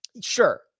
Sure